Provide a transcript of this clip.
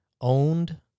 owned